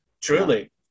Truly